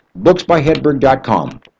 booksbyhedberg.com